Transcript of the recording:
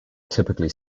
typically